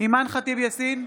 אימאן ח'טיב יאסין,